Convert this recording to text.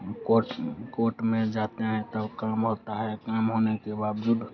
हम court court में जाते हैं तो काम होता है काम होने के बावजूद